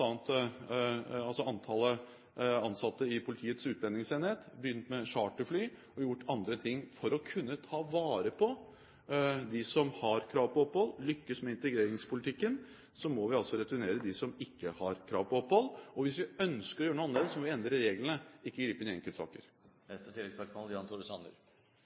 antallet ansatte i Politiets utlendingsenhet, vi har begynt med charterfly, og vi har gjort andre ting for å kunne ta vare på dem som har krav på opphold. Skal vi lykkes med integreringspolitikken, må vi altså returnere dem som ikke har krav på opphold. Hvis vi ønsker å gjøre noe annerledes, må vi endre reglene – ikke gripe inn i enkeltsaker. Jan Tore Sanner